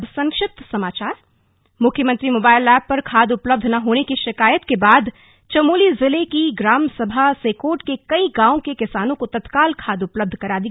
अब संक्षिप्त समाचार मुख्यमंत्री मोबाइल एप पर खाद उपलब्ध न होने की शिकायत के बाद चमोली जिले की ग्राम सभा सेकोट के कई गांवों के किसानों को तत्काल खाद उपलब्ध करा दी गई है